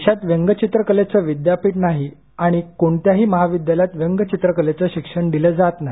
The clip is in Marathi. देशात व्यंगचित्रकलेचं विद्यापीठ नाही आणि कोणत्याही महाविद्यालयात व्यंगचित्रकलेचं शिक्षण दिलं जात नाही